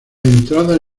entrada